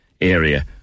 area